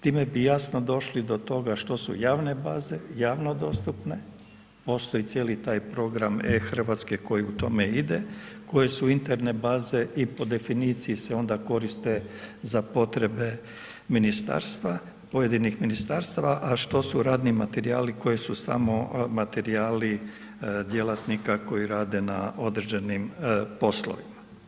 Time bi jasno došli do toga što su javne baze, javno dostupne, postoji cijeli taj program e-Hrvatske koji u tome ide, koje su interne baze i po definiciji se onda koriste za potrebe ministarstva, pojedinih ministarstva a što su radni materijali koji su samo materijali djelatnika koji rade na određenim poslovima.